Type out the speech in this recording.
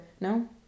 No